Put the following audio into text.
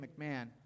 McMahon